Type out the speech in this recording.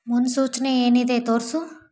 ಮುನ್ಸೂಚನೆ ಏನಿದೆ ತೋರಿಸು